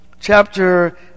chapter